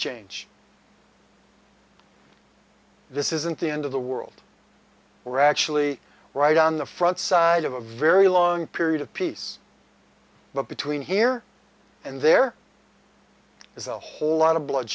change this isn't the end of the world we're actually right on the front side of a very long period of peace but between here and there is a whole lot of